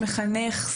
מחנך,